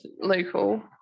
Local